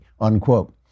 unquote